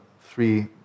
three